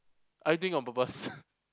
are you doing it on purpose